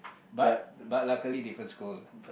but but luckily different school